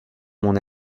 mon